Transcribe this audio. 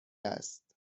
است